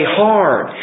hard